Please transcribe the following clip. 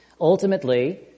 Ultimately